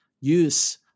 use